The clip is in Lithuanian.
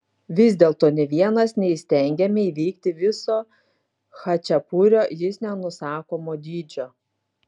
vis dėlto nė vienas neįstengiame įveikti viso chačapurio jis nenusakomo dydžio